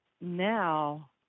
now